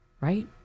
Right